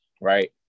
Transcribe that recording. right